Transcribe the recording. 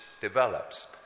develops